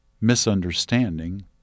misunderstanding